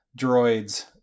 droids